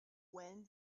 wind